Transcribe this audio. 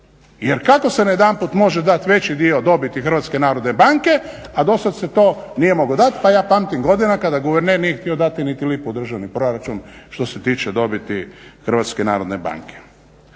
Jer kako se najedanput može dati veći dio dobiti HNB-a, a dosad se to nije moglo dati. Pa ja pamtim godine kada guverner nije htio dati niti lipu u državni proračun što se tiče dobiti HNB-a. I što se tiče